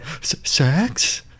Sex